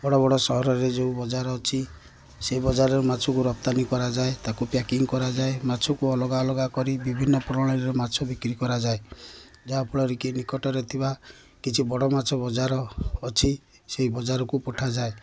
ବଡ଼ ବଡ଼ ସହରରେ ଯେଉଁ ବଜାର ଅଛି ସେଇ ବଜାରରେ ମାଛକୁ ରପ୍ତାନି କରାଯାଏ ତାକୁ ପ୍ୟାକିଂ କରାଯାଏ ମାଛକୁ ଅଲଗା ଅଲଗା କରି ବିଭିନ୍ନ ପ୍ରଣାଳୀରେ ମାଛ ବିକ୍ରି କରାଯାଏ ଯାହାଫଳରେ କି ନିକଟରେ ଥିବା କିଛି ବଡ଼ ମାଛ ବଜାର ଅଛି ସେହି ବଜାରକୁ ପଠାଯାଏ